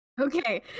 Okay